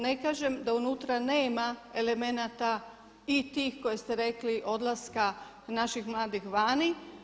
Ne kažem da unutra nema elemenata i tih koji ste rekli odlaska naših mladih vani.